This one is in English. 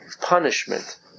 punishment